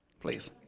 Please